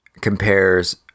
compares